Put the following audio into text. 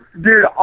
Dude